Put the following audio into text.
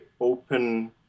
open